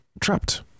trapped